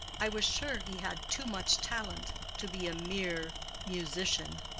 i was sure he had too much talent to be a mere musician.